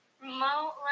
Remote